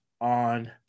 on